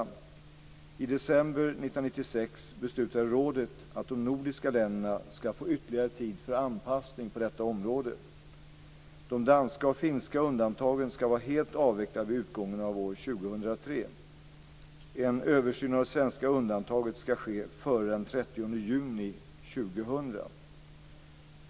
I december 1996 beslutade rådet att de nordiska länderna ska få ytterligare tid för anpassning på detta område. De danska och finska undantagen ska vara helt avvecklade vid utgången av år 2003. En översyn av det svenska undantaget ska ske före den 30 juni 2000.